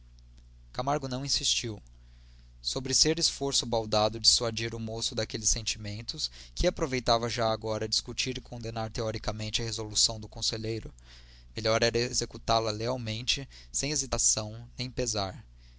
camargo não insistiu sobre ser esforço baldado dissuadir o moço daqueles sentimentos que aproveitava já agora discutir e condenar teoricamente a resolução do conselheiro melhor era executá la lealmente sem hesitação nem pesar